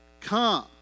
come